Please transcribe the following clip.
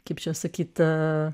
kaip čia sakyt